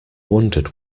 wondered